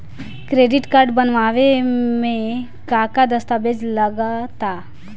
Credit card बनवावे म का का दस्तावेज लगा ता?